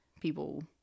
people